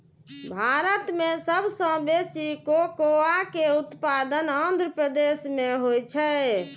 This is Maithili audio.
भारत मे सबसं बेसी कोकोआ के उत्पादन आंध्र प्रदेश मे होइ छै